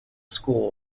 school